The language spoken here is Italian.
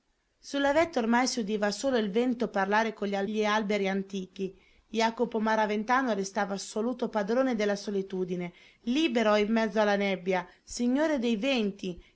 la vetta ormai si udiva solo il vento parlare con gli alberi antichi jacopo maraventano restava assoluto padrone della solitudine libero in mezzo alla nebbia signore dei venti